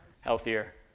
healthier